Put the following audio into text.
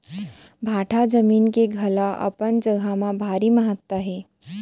भाठा जमीन के घलौ अपन जघा म भारी महत्ता हे